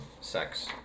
Sex